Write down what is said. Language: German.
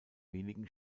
wenigen